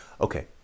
Okay